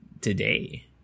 today